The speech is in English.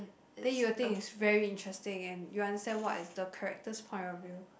then you will think it's very interesting and you understand what is the character's point of view